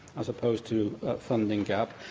as opposed to funding gap,